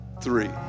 three